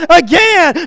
again